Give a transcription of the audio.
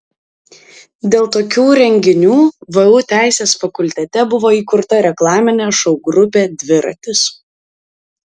dėl tokių renginių vu teisės fakultete buvo įkurta reklaminė šou grupė dviratis